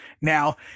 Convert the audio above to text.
Now